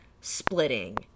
splitting